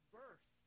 birth